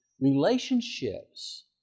Relationships